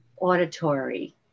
auditory